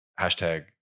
Hashtag